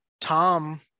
Tom